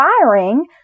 firing